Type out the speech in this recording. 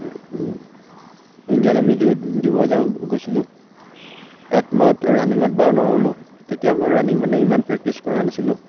Indian আৰ্মিত দিব যাব গৈছিলোঁ তাত মই ৰানিঙত বাৰু নৰলোঁ তেতিয়া মই ৰানিং মানে ইমান প্ৰেক্টিছ কৰা নাছিলোঁ